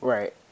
Right